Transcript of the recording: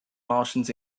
martians